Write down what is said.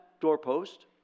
doorpost